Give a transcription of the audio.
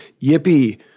yippee